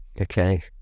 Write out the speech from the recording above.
okay